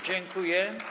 Dziękuję.